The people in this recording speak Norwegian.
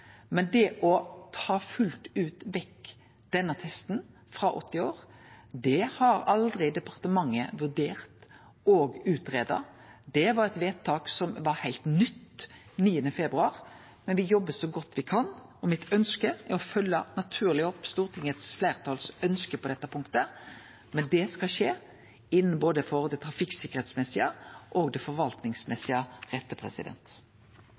Men å ta fullt ut vekk denne testen frå 80 år, det har aldri departementet vurdert og greidd ut. Det var eit vedtak som var heilt nytt 9. februar, men me jobbar så godt me kan. Mitt ønske er å følgje naturleg opp ønsket til Stortingets fleirtal på dette punktet. Men det skal skje innanfor både det trafikksikkerheitsmessige og det forvaltningsmessige rette.